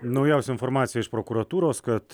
naujausia informacija iš prokuratūros kad